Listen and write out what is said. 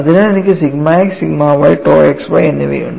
അതിനാൽ എനിക്ക് sigma x sigma y tau xy എന്നിവയുണ്ട്